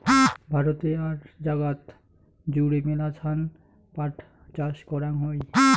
ভারতে আর জাগাত জুড়ে মেলাছান পাট চাষ করাং হই